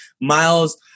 Miles